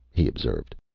he observed.